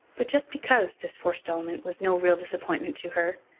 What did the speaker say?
but just because this forestalment was no real disappointment to her,